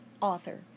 author